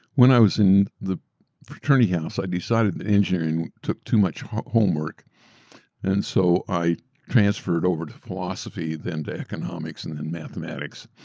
when i was in the fraternity house, i decided the engineering took too much homework and so i transferred over to philosophy, then to economics, and then mathematics.